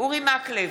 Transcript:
אורי מקלב,